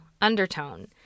undertone